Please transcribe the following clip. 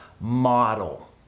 model